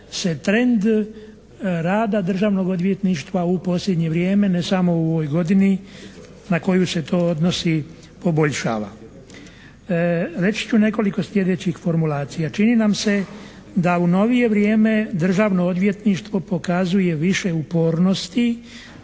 se trend rada Državnog odvjetništva u posljednje vrijeme ne samo u ovoj godini na koju se to odnosi, poboljšava. Reći ću nekoliko sljedećih formulacija. Čini nam se da u novije vrijeme Državno odvjetništvo pokazuje više u pozornosti